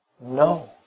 No